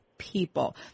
People